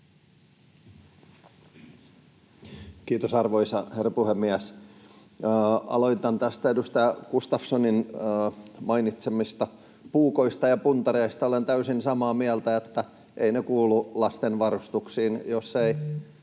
Kiitos, arvoisa herra puhemies! Aloitan edustaja Gustafssonin mainitsemista puukoista ja puntareista. Olen täysin samaa mieltä, että eivät ne kuuluu lasten varustuksiin jos ei